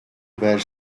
where